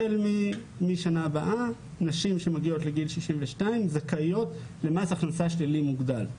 החל מהשנה הבאה נשים שמגיעות לגיל 62 זכאיות למס הכנסה שלילי מוגדל.